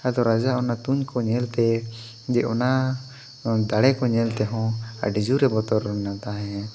ᱟᱫᱚ ᱨᱟᱡᱟᱣᱟᱜ ᱚᱱᱟ ᱛᱩᱧ ᱠᱚ ᱧᱮᱞᱛᱮ ᱡᱮ ᱚᱱᱟ ᱫᱟᱲᱮ ᱠᱚ ᱧᱮᱞᱛᱮ ᱦᱚᱸ ᱟᱹᱰᱤ ᱡᱳᱨᱮ ᱵᱚᱛᱚᱨ ᱞᱮᱱ ᱛᱟᱦᱮᱫ